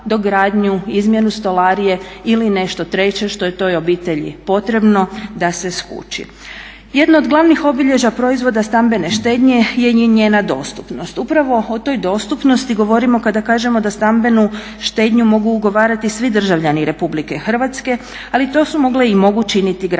dogradnju, izmjenu stolarije ili nešto treće što je toj obitelji potrebno da se skući. Jedno od glavnih obilježja proizvoda stambene štednje je njena dostupnost. Upravo o toj dostupnosti govorimo kada kažemo da stambenu štednju mogu ugovarati svi državljani Republike Hrvatske, ali to su mogle i mogu činiti gradovi